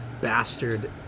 bastard